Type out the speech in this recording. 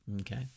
Okay